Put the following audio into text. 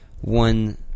one